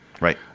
Right